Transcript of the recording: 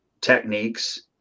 techniques